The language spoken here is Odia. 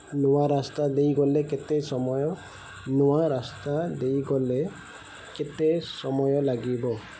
ନୂଆ ରାସ୍ତା ଦେଇଗଲେ କେତେ ସମୟ ନୂଆ ରାସ୍ତା ଦେଇଗଲେ କେତେ ସମୟ ଲାଗିବ